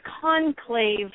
conclave